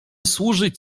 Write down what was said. służyć